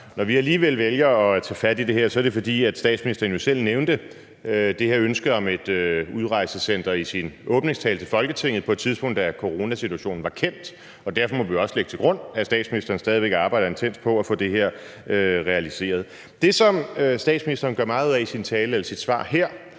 Når vi alligevel vælger at tage fat i det her, er det, fordi statsministeren jo i sin åbningstale til Folketinget selv nævnte det her ønske om et udrejsecenter på et tidspunkt, da coronasituationen var kendt, og derfor må vi også lægge til grund, at statsministeren stadig væk arbejder intenst på at få det her realiseret. Det, som statsministeren gør meget ud af i sit svar her,